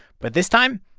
but this time,